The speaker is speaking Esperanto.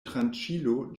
tranĉilo